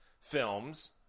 films